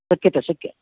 शक्यते शक्यम्